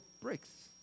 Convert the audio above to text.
bricks